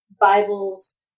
Bible's